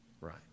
Right